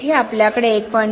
येथे आपल्याकडे 1